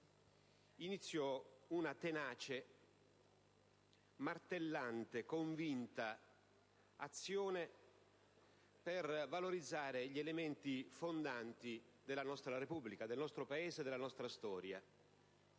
iniziò una tenace, martellante, convinta azione per valorizzare gli elementi fondanti della nostra Repubblica, del nostro Paese, della nostra Storia.